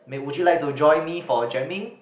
mate would you like to join me for jamming